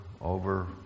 over